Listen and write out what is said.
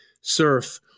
surf